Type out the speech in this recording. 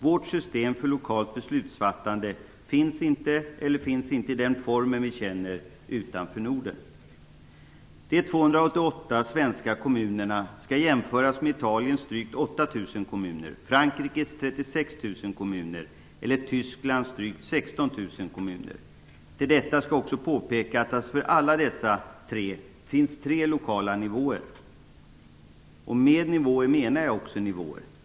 Vårt system för lokalt beslutsfattande finns inte, i varje fall inte i den form vi känner till, utanför De 288 svenska kommunerna skall jämföras med Till detta skall också läggas att för alla dessa tre länder finns det tre lokala nivåer. Med ordet nivåer menar jag här just nivåer.